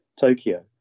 Tokyo